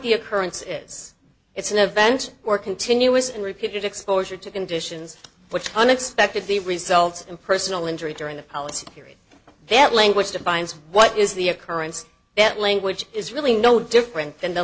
the occurrence is it's an event or continuous and repeated exposure to conditions which unexpectedly result in personal injury during the policy period that language defines what is the occurrence that language is really no different than the